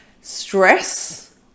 stress